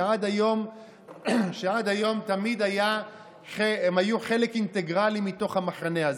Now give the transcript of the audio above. שעד היום תמיד הם היו חלק אינטגרלי מתוך המחנה הזה.